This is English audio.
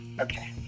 Okay